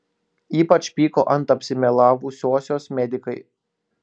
ypač pyko ant apsimelavusiosios medikai